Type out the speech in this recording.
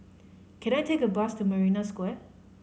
can I take a bus to Marina Square